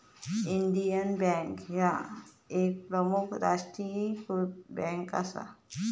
Indian bank ह्या एक प्रमुख राष्ट्रीयीकृत बँक असा